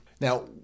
Now